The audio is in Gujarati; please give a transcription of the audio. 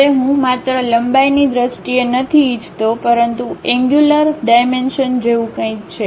હવે હું માત્ર લંબાઈની દ્રષ્ટિએ નથી ઇચ્છતો પરંતુ એન્ગ્યુલર ડાઇમેંશનજેવું કંઇક છે